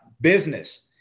business